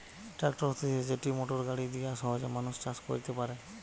tractor হতিছে যেটি motor গাড়ি দিয়া সহজে মানুষ চাষ কইরতে পারে